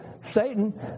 Satan